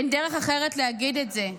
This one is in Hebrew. אין דרך אחרת להגיד את זה: